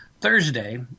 Thursday